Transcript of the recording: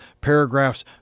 paragraphs